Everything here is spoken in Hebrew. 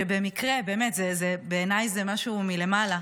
שבמקרה, באמת, בעיניי זה משהו מלמעלה,